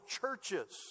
churches